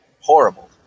Horrible